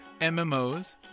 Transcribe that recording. MMOs